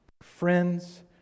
friends